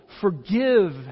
forgive